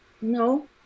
no